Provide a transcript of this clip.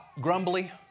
grumbly